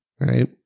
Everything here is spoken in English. Right